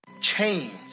chains